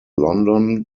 london